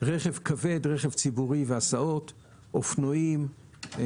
רכב כבד, רכב ציבורי והסעות, אופנועים,